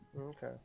Okay